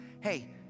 Hey